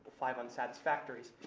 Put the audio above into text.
five unsatisfactories,